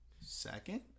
Second